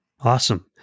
Awesome